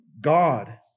God